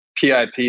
PIP